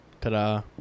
ta-da